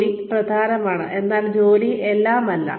ജോലി പ്രധാനമാണ് എന്നാൽ ജോലി എല്ലാം അല്ല